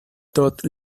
todd